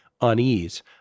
unease